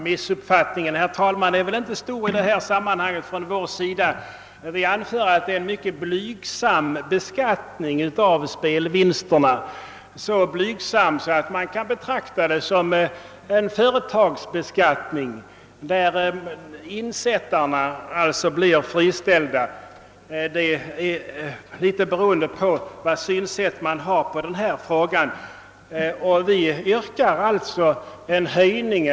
Missuppfattningen från vår sida är väl inte stor i detta sammanhang, herr talman. Vi anför att beskattningen av spelvinsterna är mycket blygsam, så blygsam att man kan betrakta den som en företagsbeskattning där utdelningen på insatserna blir friställda. Herr Magnusson i Borås menar annorlunda. Bedömningen beror på vilket synsätt man har på frågan.